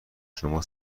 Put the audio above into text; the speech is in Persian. شما